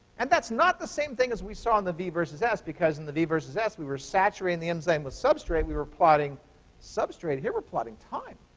and that's not the same thing as we saw in the v versus s. because in the v versus s, we were saturating the enzyme with substrate. we were plotting substrate. here we're plotting time.